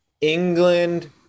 England